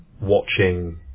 watching